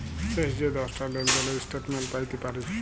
শেষ যে দশটা লেলদেলের ইস্ট্যাটমেল্ট প্যাইতে পারি